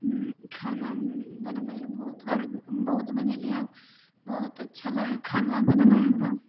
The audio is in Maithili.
खाना बनबैलए बहुत बार बहुत बनेलिए बहुत अच्छा लागै हइ खाना बनेनाइ हमरा